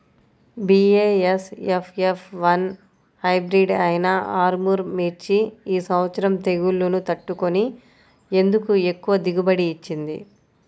BASF F one hybrid అయినా ఆర్ముర్ మిర్చి ఈ సంవత్సరం తెగుళ్లును తట్టుకొని ఎందుకు ఎక్కువ దిగుబడి ఇచ్చింది?